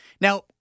now